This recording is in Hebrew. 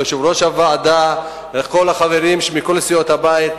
ליושב-ראש הוועדה ולכל החברים מכל סיעות הבית,